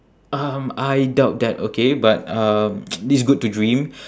um I doubt that okay but um it's good to dream